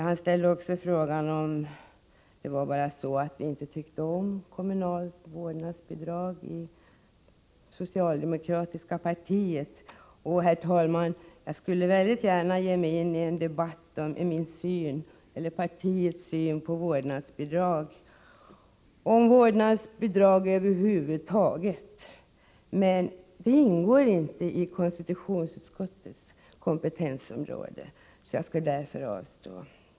Han ställde också frågan om vi i det socialdemokratiska partiet inte tycker om kommunalt vårdnadsbidrag. Jag skulle, herr talman, gärna ge mig in i en debatt om partiets syn på vårdbidrag över huvud taget, men det ingår inte i konstitutionsutskottets kompetensområde. Jag skall därför avstå.